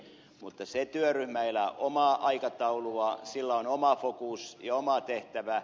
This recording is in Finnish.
mutta se työryhmä elää omaa aikatauluaan sillä on oma fokus ja oma tehtävä